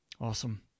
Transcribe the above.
Awesome